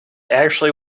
actually